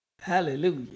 Hallelujah